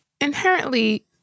inherently